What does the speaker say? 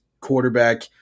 quarterback